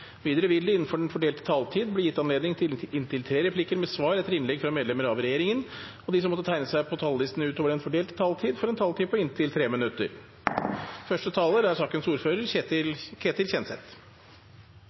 Videre vil det – innenfor den fordelte taletid – bli gitt anledning til inntil tre replikker med svar etter innlegg fra medlemmer av regjeringen, og de som måtte tegne seg på talerlisten utover den fordelte taletid, får også en taletid på inntil 3 minutter.